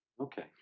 okay